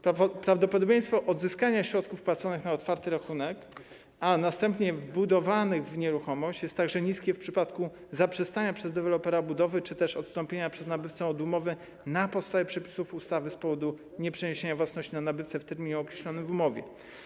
Prawdopodobieństwo odzyskania środków wpłaconych na otwarty rachunek, a następnie wbudowanych w nieruchomość jest także niskie w przypadku zaprzestania przez dewelopera budowy czy też odstąpienia przez nabywcę od umowy na podstawie przepisów ustawy z powodu nieprzeniesienia własności na nabywcę w terminie określonym w umowie.